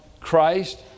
Christ